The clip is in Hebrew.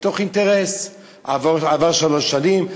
מתוך אינטרס: עברו שלוש שנים,